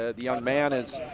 ah the young man is,